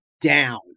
down